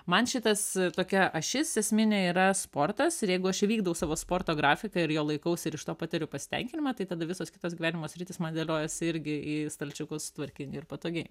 man šitas tokia ašis esminė yra sportas ir jeigu aš įvykdau savo sporto grafiką ir jo laikausi ir iš to patiriu pasitenkinimą tai tada visos kitos gyvenimo sritys man dėliojasi irgi į stalčiukus tvarkingai ir patogiai